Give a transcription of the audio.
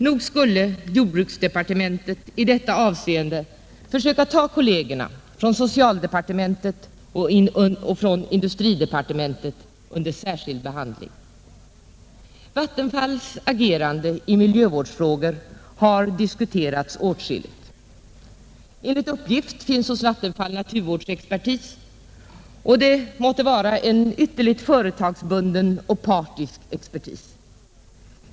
Nog skulle jordbruksdepartementet i detta avseende försöka ta kollegerna från socialdepartementet och industridepartementet under särskild behandling. Vattenfalls agerande i miljövårdsfrågor har diskuterats åtskilligt. Enligt uppgift finns hos Vattenfall naturvårdsexpertis — det måtte vara en ytterligt företagsbunden och partisk expertis.